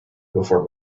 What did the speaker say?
before